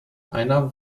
einer